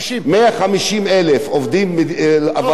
אבל אין לי הפילוח מי ערבים,